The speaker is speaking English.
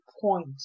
point